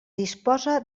disposa